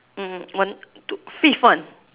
one tw~ fifth one